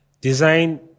design